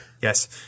yes